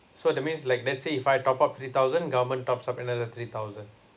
so that means like let's say if I top up three thousand government tops up another three thousand